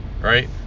right